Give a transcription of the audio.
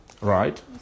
right